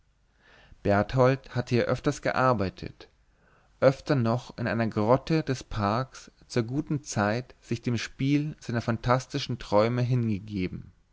berthold hatte hier öfters gearbeitet öfter noch in einer grotte des parks zur guten zeit sich dem spiel seiner fantastischen träume hingegeben